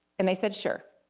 and they said sure.